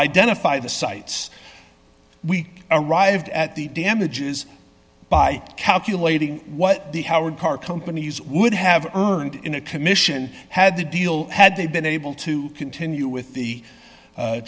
identify the sites we arrived at the damages by calculating what the howard car companies would have earned in a commission had the deal had they been able to continue with the